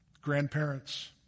Grandparents